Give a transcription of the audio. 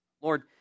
lord